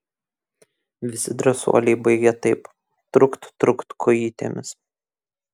visi drąsuoliai baigia taip trukt trukt kojytėmis